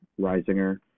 Reisinger